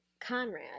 Conrad